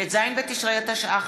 ט"ז בתשרי התשע"ח,